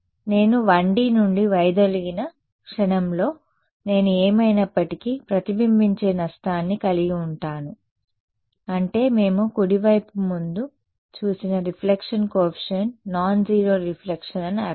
కాబట్టి నేను 1D నుండి వైదొలిగిన క్షణంలో నేను ఏమైనప్పటికీ ప్రతిబింబించే నష్టాన్ని కలిగి ఉంటాను అంటే మేము కుడివైపు ముందు చూసిన reflection coefficient non zero reflection అని అర్థం